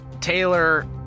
Taylor